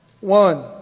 one